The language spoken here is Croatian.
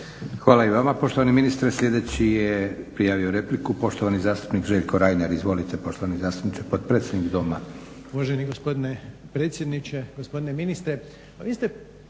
Hvala i vama poštovani ministre. Sljedeći je prijavio repliku poštovani zastupnik Željko Reiner. Izvolite poštovani zastupniče i potpredsjedniče Doma.